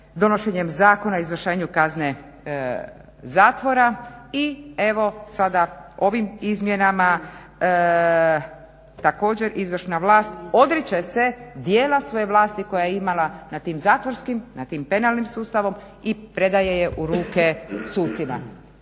donošenjem zakona o izvršenju kazne zatvora i evo sada ovim izmjenama takđer izvršna vlast odriče se djela svoje vlasti koje je imala na tim zatvorskim, na tim penalnim sustavom i predaje je u ruke sucima.